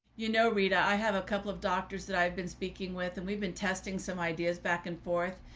you know rita, i have a couple of doctors that i've been speaking with and we've been testing some ideas back and forth,